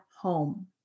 home